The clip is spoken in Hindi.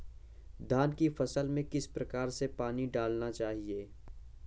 धान की फसल में किस प्रकार से पानी डालना चाहिए?